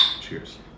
Cheers